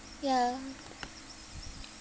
ya